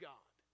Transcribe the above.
God